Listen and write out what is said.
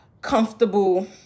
comfortable